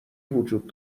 وجود